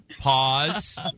Pause